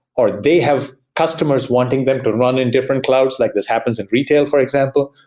or they have customers wanting them to run in different clouds. like this happens in retail, for example,